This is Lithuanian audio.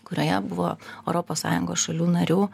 kurioje buvo europos sąjungos šalių narių